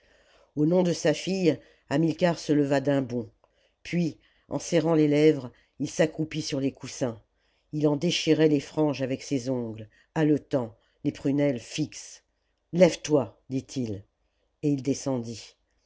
au nom de sa fille hamilcar se leva d'un bond puis en serrant les lèvres il s'accroupit sur les coussins il en déchirait les franges avec ses ongles haletant les prunelles fixes lève-toi dit-il et il descendit